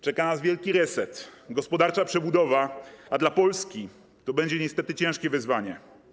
Czeka nas wielki reset, gospodarcza przebudowa, a dla Polski to będzie niestety ciężkie wyzwanie.